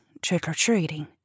trick-or-treating